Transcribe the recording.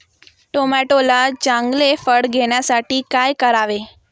टोमॅटोला चांगले फळ येण्यासाठी काय करावे?